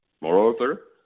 Moreover